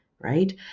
right